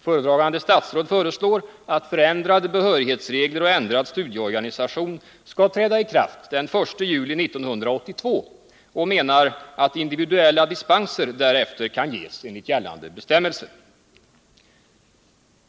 Föredragande statsråd föreslår att förändrade behörighetsregler och ändrad studieorganisation skall träda i kraft den 1 juli 1982 och menar att individuella dispenser därefter kan ges enligt gällande bestämmelser.